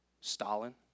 Stalin